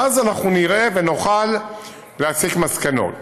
ואז אנחנו נראה ונוכל להסיק מסקנות.